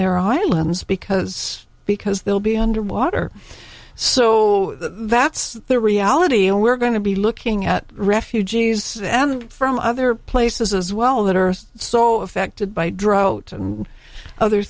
their islands because because they'll be under water so that's the reality we're going to be looking at refugees from other places as well that are so affected by drought and other